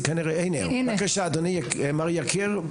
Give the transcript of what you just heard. בבקשה מר יקיר.